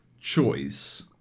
choice